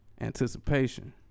anticipation